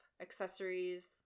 accessories